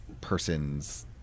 person's